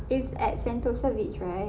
it's at sentosa beach right